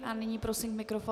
A nyní prosím k mikrofonu...